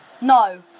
No